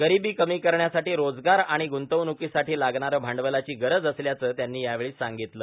गरिबी कमी करण्यासाठी रोजगार आणि ग्रंतवणूकीसाठी लागणारं भांडवलाची गरज असल्याचं त्यांनी यावेळी सांगितलं